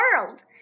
world